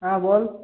হ্যাঁ বল